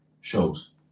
shows